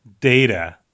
data